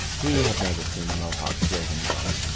he had never seen the mohawks raving drunk,